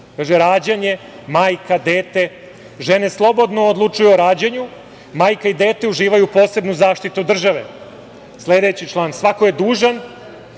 Rađanje – majka, dete. Žene slobodno odlučuju o rađanju. Majka i dete uživaju posebnu zaštitu države. Sledeći član – svako je dužan